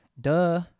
Duh